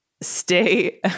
stay